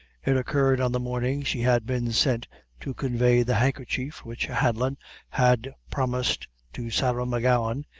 it occurred on the morning she had been sent to convey the handkerchief which hanlon had promised to sarah m'gowan,